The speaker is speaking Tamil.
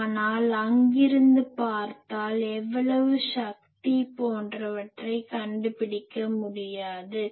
ஆனால் அங்கிருந்து பார்த்தால் எவ்வளவு சக்தி போன்றவற்றை கண்டுபிடிக்க முடிந்தது